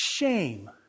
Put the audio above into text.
Shame